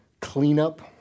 cleanup